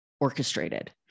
orchestrated